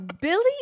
Billy